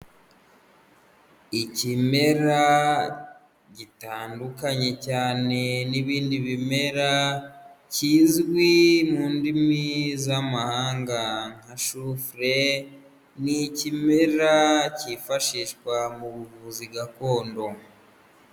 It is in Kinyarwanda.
Ikimera gitandukanye cyane n'ibindi bimera kizwi mu ndimi z'amahanga nka shufure, ni ikimera cyifashishwa mu buvuzi gakondo.